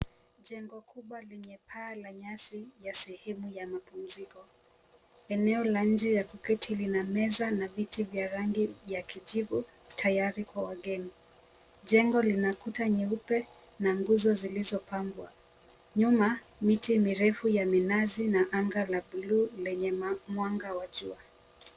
Jengo kubwa lenye paa la nyasi ya sehemu ya mapumziko, eneo la nje ya kuketi lina meza na viti vya rangi ya kijivu tayari kwa wageni. Jengo lina kuta nyeupe na nguzo zilizopambwa, nyuma miti mirefu ya minazi na anga la bluu lenye mwanga wa jua.